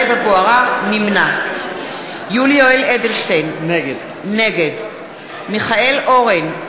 נמנע יולי יואל אדלשטיין, נגד מיכאל אורן,